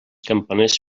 campaners